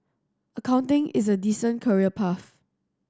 accounting is a decent career path